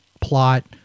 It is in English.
plot